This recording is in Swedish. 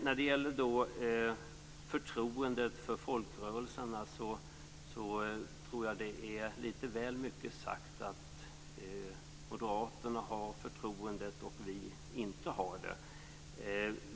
När det gäller förtroendet för folkrörelserna tror jag att det är lite väl mycket sagt att moderaterna har förtroende och att vi inte har det.